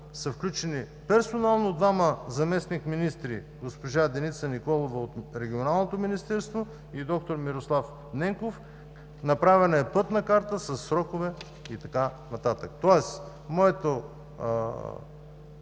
са включени персонално двама заместник-министри: госпожа Деница Николова от Регионалното министерство и д-р Мирослав Ненков. Направена е пътна карта със срокове и така нататък. Тоест моето